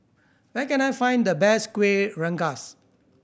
where can I find the best Kueh Rengas